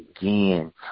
again